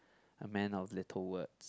a man of little words